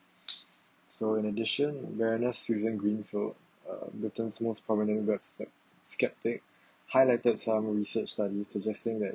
so in addition baroness suzanne greenfield uh britian's most prominent webs~ skeptic highlighted some research studies suggesting that